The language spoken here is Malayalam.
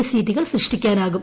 എസ് സീറ്റുകൾ സൃഷ്ടിക്കാനാകും